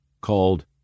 called